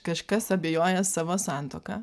kažkas abejoja savo santuoka